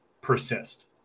persist